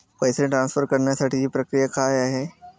पैसे ट्रान्सफर करण्यासाठीची प्रक्रिया काय आहे?